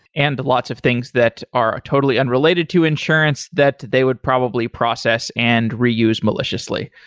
and lots of things that are totally unrelated to insurance that they would probably process and reuse maliciously.